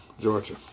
Georgia